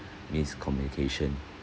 miscommunication